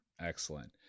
Excellent